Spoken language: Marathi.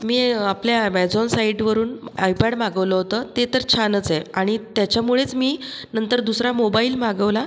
मी आपल्या ॲमॅझॉन साईटवरून आयपॅड मागवलं होतं ते तर छानच आहे आणि त्याच्यामुळेच मी नंतर दुसरा मोबाईल मागवला